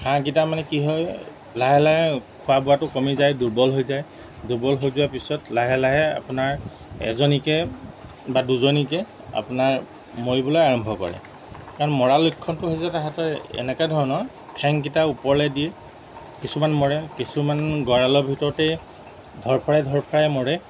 হাঁহকেইটা মানে কি হয় লাহে লাহে খোৱা বোৱাটো কমি যায় দুৰ্বল হৈ যায় দুৰ্বল হৈ যোৱাৰ পিছত লাহে লাহে আপোনাৰ এজনীকে বা দুজনীকে আপোনাৰ মৰিবলৈ আৰম্ভ কৰে কাৰণ মৰা লক্ষণটো হৈছে তাহাঁতৰ এনেকৈ ধৰণৰ ঠেংকেইটা ওপৰলৈ দিয়ে কিছুমান মৰে কিছুমান গঁৰালৰ ভিতৰতে ধৰ ফৰাই ধৰ ফৰাই মৰে